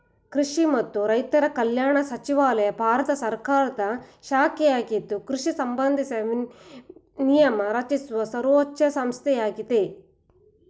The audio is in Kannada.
ಕೃಷಿ ಮತ್ತು ರೈತರ ಕಲ್ಯಾಣ ಸಚಿವಾಲಯ ಭಾರತ ಸರ್ಕಾರದ ಶಾಖೆಯಾಗಿದ್ದು ಕೃಷಿ ಸಂಬಂಧಿಸಿದ ನಿಯಮ ರಚಿಸುವ ಸರ್ವೋಚ್ಛ ಸಂಸ್ಥೆಯಾಗಿದೆ